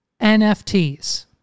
NFTs